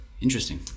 interesting